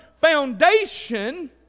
foundation